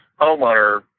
homeowner